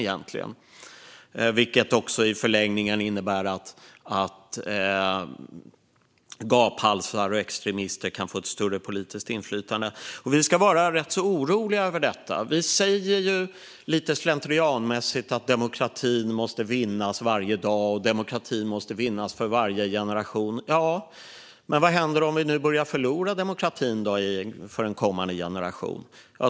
Detta innebär i förlängningen att gaphalsar och extremister kan få ett större politiskt inflytande, och vi ska vara rätt så oroliga över detta. Vi säger lite slentrianmässigt att demokratin måste vinnas varje dag och för varje generation. Men vad händer om vi nu börjar förlora demokratin för en kommande generation?